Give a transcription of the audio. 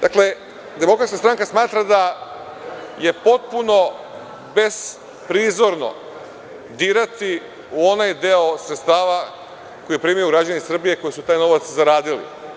Dakle, DS smatra da je potpuno besprizorno dirati u onaj deo sredstava koje primaju građani Srbije, koji su taj novac zaradili.